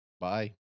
Bye